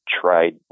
tried